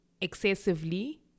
excessively